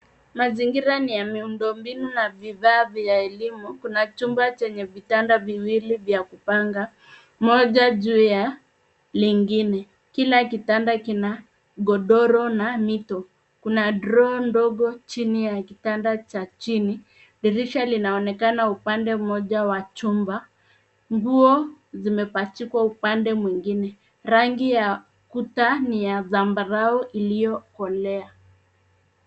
Mazingira ni ya miundombinu na bidhaa vya elimu. Kuna chumba chenye vitanda viwili vya kupanga, moja juu ya lingine. Kila kitanda kina godoro na mito. Kuna droo ndogo chini ya kitanda cha chini. Dirisha linaonekana upande mmoja wa chuma. Nguo zimepachikwa upande mwingine. Rangi ya kuta ni ya zambarau iliyokolea.